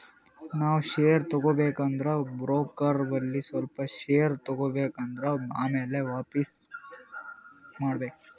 ನಾವ್ ಶೇರ್ ತಗೋಬೇಕ ಅಂದುರ್ ಬ್ರೋಕರ್ ಬಲ್ಲಿ ಸ್ವಲ್ಪ ಶೇರ್ ತಗೋಬೇಕ್ ಆತ್ತುದ್ ಆಮ್ಯಾಲ ವಾಪಿಸ್ ಮಾಡ್ಬೇಕ್